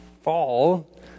fall